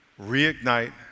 reignite